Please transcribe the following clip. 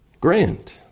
Grant